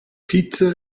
pizza